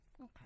Okay